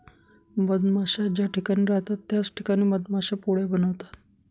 मधमाश्या ज्या ठिकाणी राहतात त्याच ठिकाणी मधमाश्या पोळ्या बनवतात